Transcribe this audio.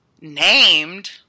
named